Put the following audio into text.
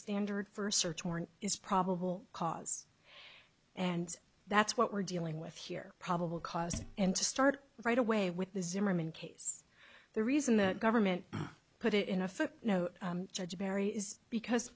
standard for a search warrant is probable cause and that's what we're dealing with here probable cause and to start right away with the zimmerman case the reason the government put it in a footnote judge perry is because